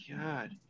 God